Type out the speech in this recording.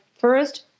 first